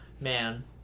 Man